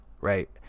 right